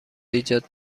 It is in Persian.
ایجاد